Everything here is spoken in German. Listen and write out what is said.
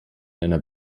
einer